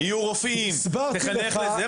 יהיו רופאים תחנך לזה.